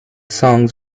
songs